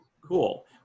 Cool